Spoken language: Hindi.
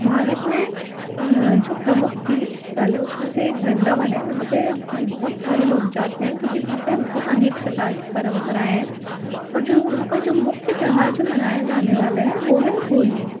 भारत में जो प्रमुख तीर्थ स्थल है उसमें से एक वृंदावन हैं वहाँ पे बहुत सारे लोग जाते है क्योंकि वहाँ पे बहुत अनेक प्रकार के परम्पराएं हैं और जो वहाँ का जो मुख्य त्योहार जो मनाया जाने वाला हैं वो है होली